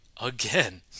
again